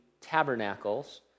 tabernacles